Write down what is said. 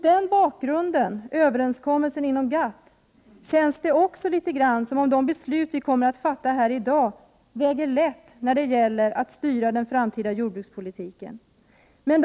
De beslut som vi kommer att fatta här i dag när det gäller styrningen av den framtida jordbrukspolitiken kommer att väga lätt i förhållande till GATT överenskommelsen.